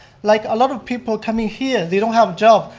like a lot of people coming here, they don't have job,